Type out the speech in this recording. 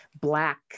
black